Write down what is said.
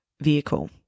vehicle